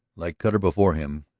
like cutter before him,